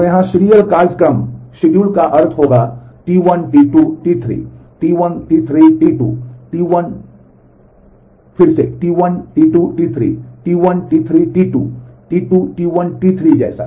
तो यहाँ सीरियल का अर्थ होगा T1 T2 T3 T1 T3 T2 T2 T1 T3 जैसा